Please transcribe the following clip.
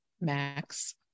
max